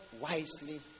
wisely